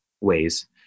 ways